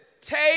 Take